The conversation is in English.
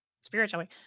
spiritually